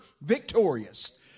victorious